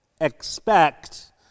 expect